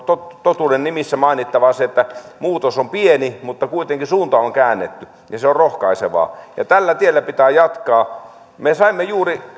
totuuden nimissä mainittava se että muutos on pieni mutta kuitenkin suunta on käännetty ja se on rohkaisevaa tällä tiellä pitää jatkaa me saimme juuri